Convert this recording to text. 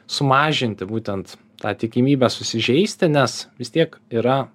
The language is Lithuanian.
sumažinti būtent tą tikimybę susižeisti nes vis tiek yra